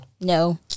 No